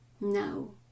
No